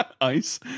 Ice